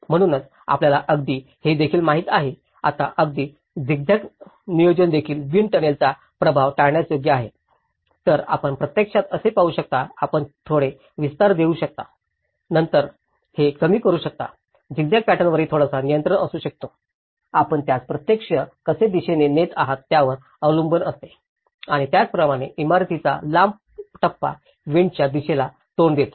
म्हणूनच आपल्याला अगदी हे देखील माहित आहे आता अगदी झिगझॅग नियोजन देखील विंड टनेल चा प्रभाव टाळण्यास योग्य आहे तर आपण प्रत्यक्षात कसे पाहू शकता आपण थोडे विस्तार देऊ शकता आणि नंतर ते कमी करू शकता झिग्झॅग पॅटर्नवरही थोडासा नियंत्रण असू शकतो आपण त्यास प्रत्यक्ष कसे दिशेने नेत आहात यावर अवलंबून असते आणि त्याचप्रमाणे इमारतीचा लांब टप्पा विंडच्या दिशेला तोंड देतो